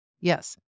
Yes